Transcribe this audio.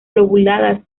lobuladas